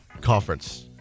conference